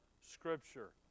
scripture